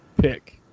pick